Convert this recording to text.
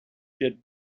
get